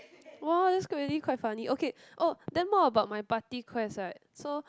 !wah! that's good really quite funny okay oh then more about my party quest right so